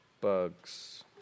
bugs